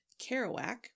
Kerouac